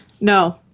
No